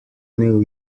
new